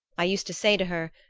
i used to say to her,